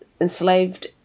enslaved